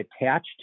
attached